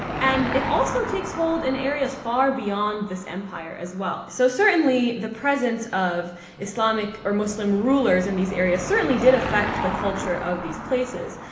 and it also takes hold in areas far beyond this empire as well. so certainly the presence of islamic or muslim rulers in these areas certainly did affect the culture of these places.